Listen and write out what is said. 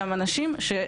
אלא אנשים,